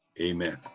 amen